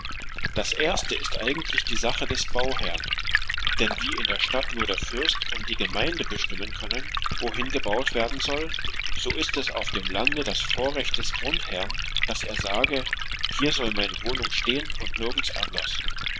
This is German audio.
das erste ist eigentlich die sache des bauherrn denn wie in der stadt nur der fürst und die gemeine bestimmen können wohin gebaut werden soll so ist es auf dem lande das vorrecht des grundherrn daß er sage hier soll meine wohnung stehen und nirgends anders